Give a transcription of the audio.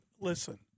listen